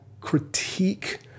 critique